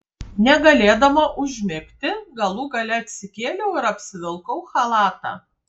negalėdama užmigti galų gale atsikėliau ir apsivilkau chalatą